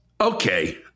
Okay